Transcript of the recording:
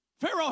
Pharaoh